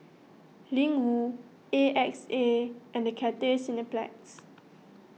Ling Wu A X A and Cathay Cineplex